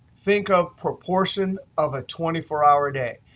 think of proportion of a twenty four hour day.